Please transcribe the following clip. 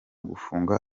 gufunga